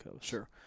Sure